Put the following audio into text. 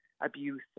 abuse